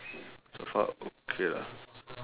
so far okay lah